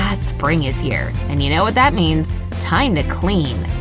ah spring is here and you know what that means time to clean!